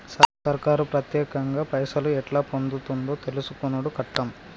సర్కారు పత్యేకంగా పైసలు ఎట్లా పొందుతుందో తెలుసుకునుడు కట్టం